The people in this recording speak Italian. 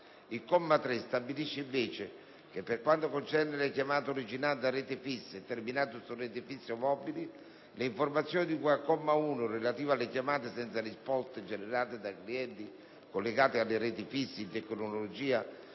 Il comma 3 stabilisce invece che, per quanto concerne le chiamate originate da rete fissa e terminate su reti fisse o mobili, le informazioni di cui al comma 1 relative alle chiamate senza risposta generate dai clienti collegati alle reti fisse in tecnologia